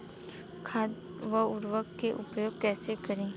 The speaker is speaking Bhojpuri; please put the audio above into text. खाद व उर्वरक के उपयोग कईसे करी?